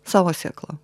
savo sėklą